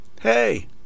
Hey